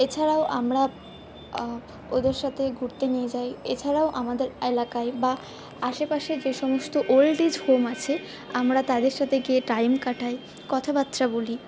এছাড়াও আমরা ওদের সাথে ঘুরতে নিয়ে যাই এছাড়াও আমাদের এলাকায় বা আশেপাশে যে সমস্ত ওল্ডেজ হোম আছে আমরা তাদের সাথে গিয়ে টাইম কাটাই কথাবার্তা বলি